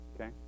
Okay